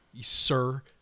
sir